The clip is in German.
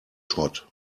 schrott